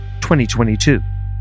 2022